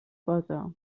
posa